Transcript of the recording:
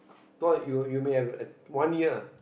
twi~ you you may have at~ one year